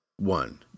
One